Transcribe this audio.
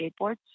Skateboards